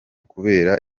kubera